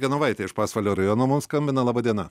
genovaitė iš pasvalio rajono mum skambina laba diena